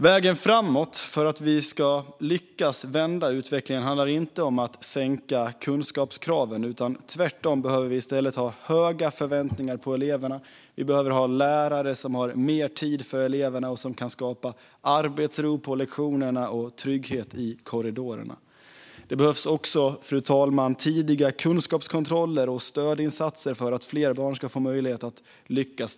Vägen framåt för att vi ska lyckas vända utvecklingen handlar inte om att sänka kunskapskraven. Tvärtom behöver vi i stället ha höga förväntningar på eleverna. Vi behöver ha lärare som har mer tid för eleverna och som kan skapa arbetsro på lektionerna och trygghet i korridorerna. Fru talman! Det behövs också tidiga kunskapskontroller och stödinsatser för att fler barn ska få möjlighet att lyckas.